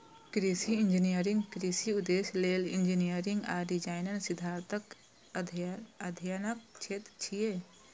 कृषि इंजीनियरिंग कृषि उद्देश्य लेल इंजीनियरिंग आ डिजाइन सिद्धांतक अध्ययनक क्षेत्र छियै